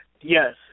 Yes